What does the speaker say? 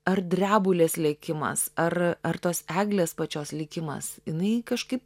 ar drebulės lekimas ar ar tos eglės pačios likimas jinai kažkaip